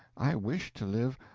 i wish to live.